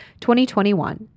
2021